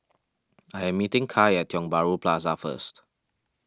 I am meeting Kai at Tiong Bahru Plaza first